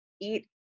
eat